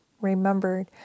remembered